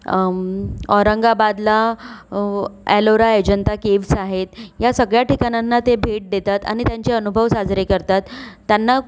औरंगाबादला एलोरा एजंता केव्हस आहेत या सगळ्या ठिकाणांना ते भेट देतात आणि त्यांचे अनुभव साजरे करतात त्यांना